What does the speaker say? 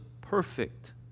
perfect